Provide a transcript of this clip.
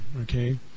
Okay